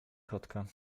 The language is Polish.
kotka